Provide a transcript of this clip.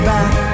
Back